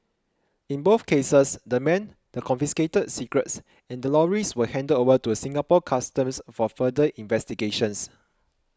in both cases the men the confiscated cigarettes and the lorries were handed over to Singapore Customs for further investigations